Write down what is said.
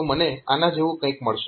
તો મને આના જેવું કંઈક મળશે